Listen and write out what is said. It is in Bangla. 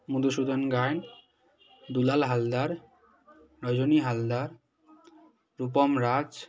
মদুসূদন গায়েন দুলাল হালদার রজনী হালদার রূপম রাজ